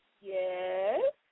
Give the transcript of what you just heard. Yes